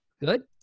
Good